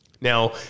Now